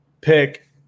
pick